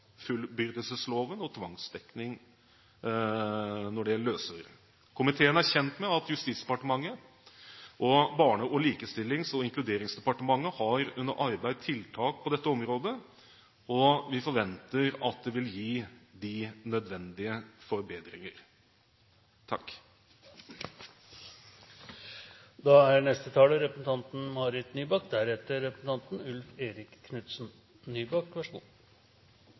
og tvangsdekning når det gjelder løsøre. Komiteen er kjent med at Justisdepartementet og Barne-, likestillings- og inkluderingsdepartementet har under arbeid tiltak på dette området, og vi forventer at det vil gi de nødvendige forbedringer. Som komiteen understreker i innstillingen, er